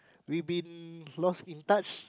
we been lost in touch